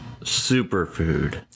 superfood